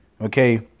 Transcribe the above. Okay